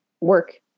work